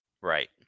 Right